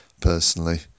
personally